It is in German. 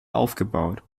aufgebaut